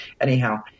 Anyhow